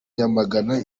yamagana